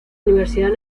universidad